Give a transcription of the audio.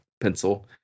pencil